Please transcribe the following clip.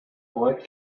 boy